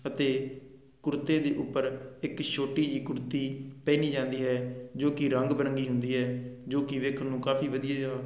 ਅਤੇ ਕੁੜਤੇ ਦੇ ਉੱਪਰ ਇੱਕ ਛੋਟੀ ਜਿਹੀ ਕੁੜਤੀ ਪਹਿਨੀ ਜਾਂਦੀ ਹੈ ਜੋ ਕਿ ਰੰਗ ਬਰੰਗੀ ਹੁੰਦੀ ਹੈ ਜੋ ਕਿ ਵੇਖਣ ਨੂੰ ਕਾਫੀ ਵਧੀਆ ਜਾ